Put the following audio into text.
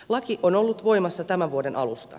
laki on ollut voimassa tämän vuoden alusta